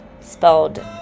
Spelled